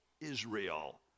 Israel